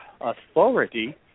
authority